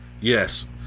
Yes